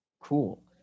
cool